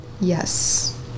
Yes